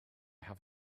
have